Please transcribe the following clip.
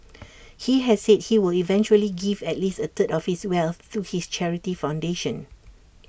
he has said he will eventually give at least A third of his wealth to his charity foundation